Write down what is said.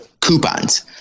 coupons